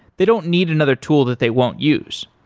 they don't need another tool that they won't use.